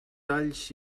alls